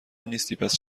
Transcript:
نیستی٬پس